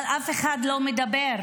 אבל אף אחד לא מדבר,